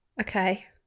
Okay